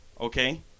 Okay